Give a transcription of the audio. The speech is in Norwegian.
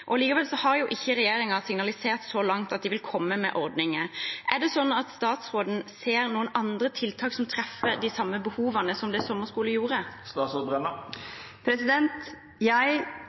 og likevel har ikke regjeringen signalisert så langt at de vil komme med ordninger. Ser statsråden noen andre tiltak som treffer de samme behovene som sommerskolen gjorde?